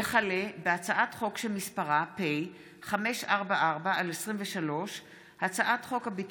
הצעת חוק החלת החוק הישראלי בשטח בקעת הירדן (הליך קבלת